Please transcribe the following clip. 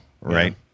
right